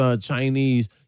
Chinese